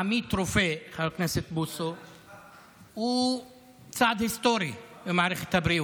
עמית רופא, הוא צעד היסטורי במערכת הבריאות,